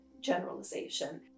generalization